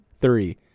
three